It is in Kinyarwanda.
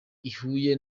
ihuye